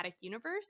Universe